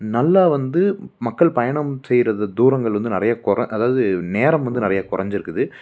நல்லா வந்து மக்கள் பயணம் செய்கிற தூரங்கள் வந்து நிறைய அதாவது நேரம் வந்து நிறைய கொறைஞ்சிருக்குது